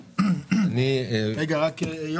שברגע שהוא ירכוש דירה,